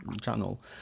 channel